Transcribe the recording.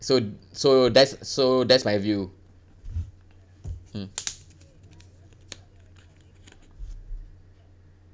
so so that's so that's my view mm